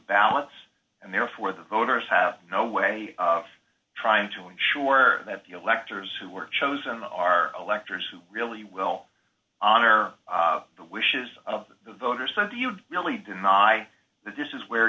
ballots and therefore the voters have no way of trying to ensure that the electors who were chosen are electors who really will honor the wishes of the voters so do you really deny that this is where